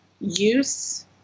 use